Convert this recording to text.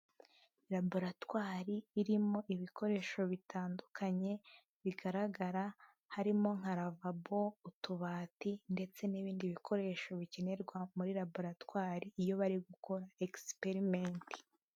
Raboratwari irimo ibikoresho bitandukanye bigaragara harimo nka ravabo, utubati, ndetse n'ibindi bikoresho bikenerwa muri raboratwari iyo bari gukora experiment.